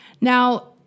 Now